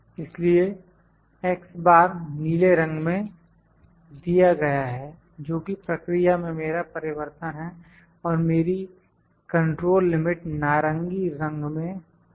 इसलिए X बार नीले रंग में दिया गया है जो कि प्रक्रिया में मेरा परिवर्तन है और मेरी कंट्रोल लिमिट नारंगी रंग में है